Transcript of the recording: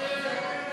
ההסתייגות